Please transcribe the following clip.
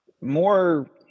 more